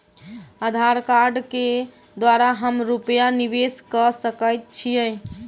आधार कार्ड केँ द्वारा हम रूपया निवेश कऽ सकैत छीयै?